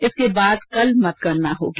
इसके बाद कल मतगणना होगी